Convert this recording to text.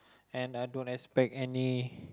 and I don't expect any